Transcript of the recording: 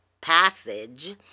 passage